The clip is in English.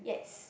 yes